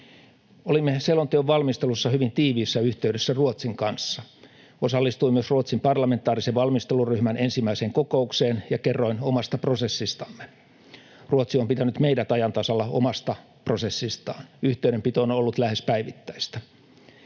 Olimme selonteon valmistelussa hyvin tiiviissä yhteydessä Ruotsin kanssa. Osallistuin myös Ruotsin parlamentaarisen valmisteluryhmän ensimmäiseen kokoukseen ja kerroin omasta prosessistamme. Ruotsi on pitänyt meidät ajan tasalla omasta prosessistaan. Yhteydenpito on ollut lähes päivittäistä.